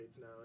now